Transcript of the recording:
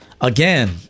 Again